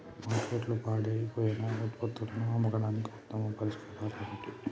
మార్కెట్లో పాడైపోయిన ఉత్పత్తులను అమ్మడానికి ఉత్తమ పరిష్కారాలు ఏమిటి?